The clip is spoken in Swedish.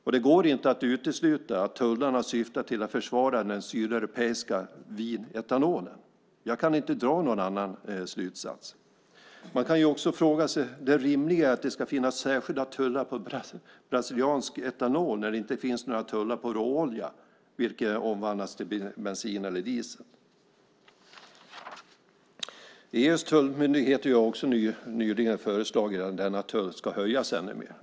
Och det går inte att utesluta att tullavgifterna syftar till att försvara den sydeuropeiska vinetanolen. Jag kan inte dra någon annan slutsats. Man kan också fråga sig vad som är det rimliga i att det ska finnas särskilda tullar på brasiliansk etanol när det inte finns några tullar på råolja, vilken omvandlas till bensin eller diesel. EU:s tullmyndighet har nyligen föreslagit att denna tull ska höjas ännu mer.